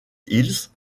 hills